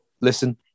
listen